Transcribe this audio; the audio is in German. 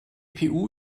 gpu